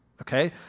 Okay